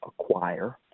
acquire